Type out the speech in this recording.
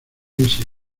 music